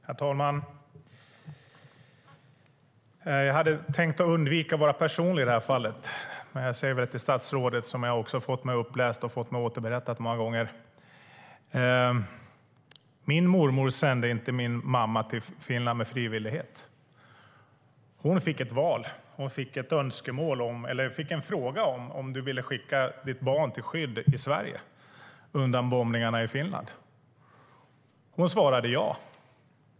Herr talman! Jag hade tänkt undvika att vara personlig i det här fallet. Jag vill säga något till statsrådet som jag har fått uppläst och återberättat för mig många gånger. Min mormor sände inte min mamma från Finland med frivillighet. Hon fick ett val. Hon fick en fråga: Vill du skicka till barn till skydd i Sverige undan bombningarna i Finland? Hon svarade ja.